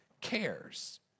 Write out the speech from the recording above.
cares